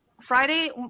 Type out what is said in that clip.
Friday